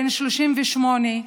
בן 38,